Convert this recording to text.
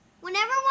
Whenever